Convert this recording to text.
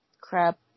crap